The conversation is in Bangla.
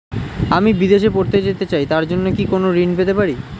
আমি বিদেশে পড়তে যেতে চাই তার জন্য কি কোন ঋণ পেতে পারি?